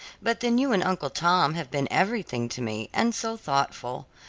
but then you and uncle thomas have been everything to me, and so thoughtful.